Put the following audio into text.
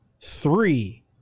three